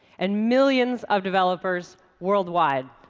and millions of developers worldwide.